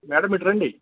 madam ఇటు రండి